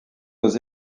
aux